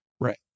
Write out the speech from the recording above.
Right